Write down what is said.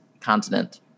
continent